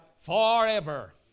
forever